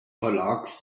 verlags